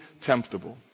temptable